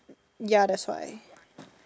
ya that's why